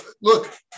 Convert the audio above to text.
look